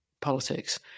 politics